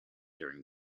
during